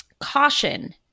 caution